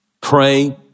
Pray